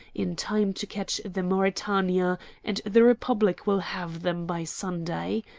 in time to catch the mauretania and the republic will have them by sunday.